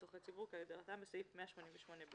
"צורכי ציבור" כהגדרתם בסעיף 188(ב);";